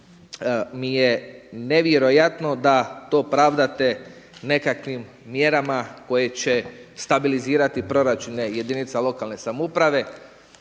mi je nevjerojatno da to pravdate nekakvim mjerama koje će stabilizirati proračune jedinica lokalne samouprave.